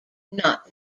not